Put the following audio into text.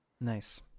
Nice